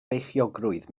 beichiogrwydd